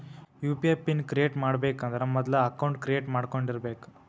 UPI PIN create ಮಾಡಬೇಕಂದ್ರ ಮೊದ್ಲ account create ಮಾಡ್ಕೊಂಡಿರಬೆಕ್